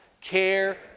care